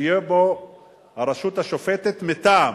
שתהיה בו רשות שופטת מטעם,